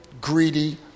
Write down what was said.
greedy